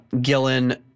Gillen